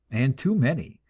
and too many,